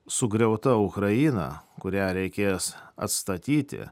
sugriauta ukraina kurią reikės atstatyti